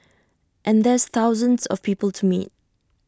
and there's thousands of people to meet